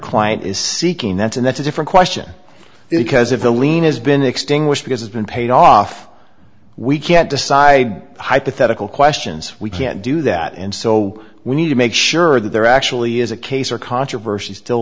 client is seeking that's and that's a different question because if the lien has been extinguished because it's been paid off we can't decide hypothetical questions we can't do that and so we need to make sure that there actually is a case or controversy still